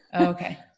okay